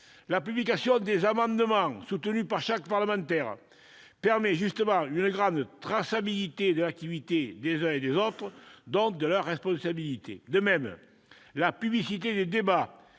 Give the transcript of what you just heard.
La publication des amendements soutenus par chaque parlementaire permet justement une grande traçabilité de l'activité des uns et des autres, donc de leurs responsabilités. De même, la publicité des débats